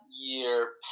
year